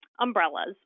umbrellas